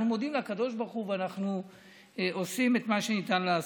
אנחנו מודים לקדוש ברוך הוא ואנחנו עושים את מה שניתן לעשות.